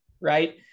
right